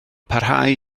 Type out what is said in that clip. parhau